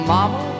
Mama